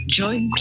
join